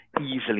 easily